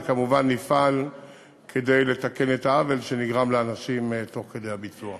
וכמובן נפעל כדי לתקן את העוול שנגרם לאנשים תוך כדי הביצוע.